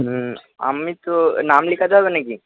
হুম আমি তো নাম লেখাতে হবে না কি